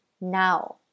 now